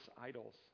idols